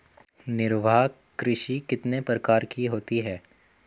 निर्वाह कृषि कितने प्रकार की होती हैं?